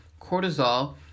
Cortisol